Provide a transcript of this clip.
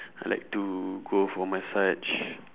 I like to go for massage